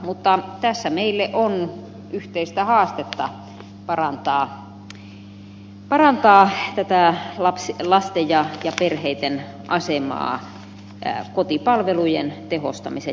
mutta tässä meille on yhteistä haastetta parantaa lasten ja perheiden asemaa kotipalvelujen tehostamisen ja parantamisen kautta